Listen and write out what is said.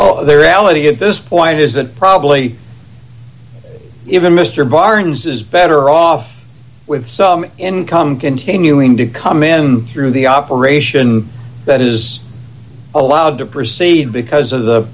way ality at this point is that probably even mr barnes is better off with some income continuing to come in through the operation is allowed to proceed because of the